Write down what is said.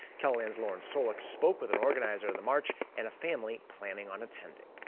keloland's lauren soulek spoke with an organizer of the march and a family planning on attending.